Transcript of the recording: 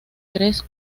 tres